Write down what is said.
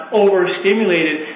overstimulated